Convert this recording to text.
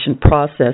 process